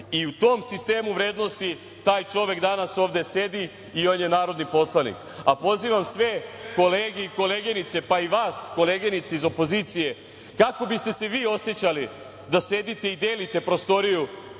i u tom sistemu vrednosti taj čovek danas ovde sedi i on je narodni poslanik. Pozivam sve kolege i koleginice, pa i vas koleginice iz opozicije – kako biste se vi osećali da sedite i delite prostoriju